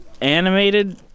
animated